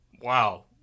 Wow